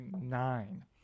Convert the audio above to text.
nine